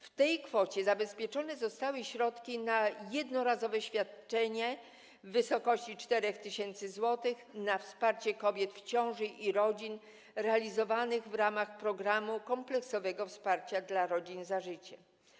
W tej kwocie zabezpieczone zostały środki na jednorazowe świadczenia w wysokości 4 tys. zł stanowiące wsparcie kobiet w ciąży i rodzin w ramach programu kompleksowego wsparcia dla rodzin „Za życiem”